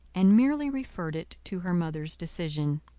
and merely referred it to her mother's decision,